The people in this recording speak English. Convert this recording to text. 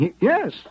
yes